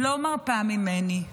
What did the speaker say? לא מרפה ממני.